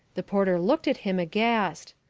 the porter looked at him, aghast.